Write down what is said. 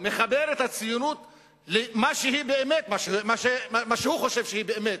הוא מחבר את הציונות למה שהיא באמת,